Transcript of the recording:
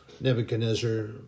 Nebuchadnezzar